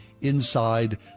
inside